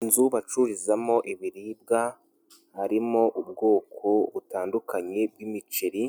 Inzu bacururizamo ibiribwa harimo ubwoko butandukanye bw'imiceri,